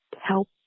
help